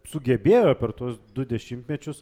sugebėjo per tuos du dešimtmečius